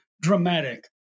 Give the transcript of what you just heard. dramatic